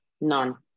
none